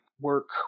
work